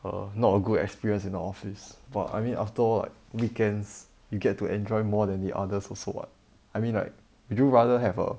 err not a good experience in the office but I mean after all like weekends you get to enjoy more than the others also [what] I mean like would you rather have a